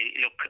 Look